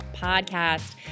podcast